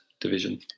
division